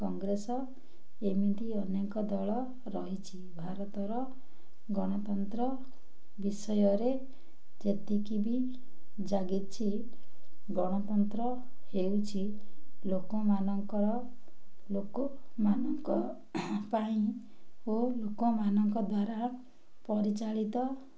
କଂଗ୍ରେସ ଏମିତି ଅନେକ ଦଳ ରହିଛି ଭାରତର ଗଣତନ୍ତ୍ର ବିଷୟରେ ଯେତିକି ବି ଜାଗିଛି ଗଣତନ୍ତ୍ର ହେଉଛି ଲୋକମାନଙ୍କର ଲୋକମାନଙ୍କ ପାଇଁ ଓ ଲୋକମାନଙ୍କ ଦ୍ୱାରା ପରିଚାଳିତ